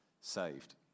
saved